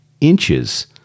inches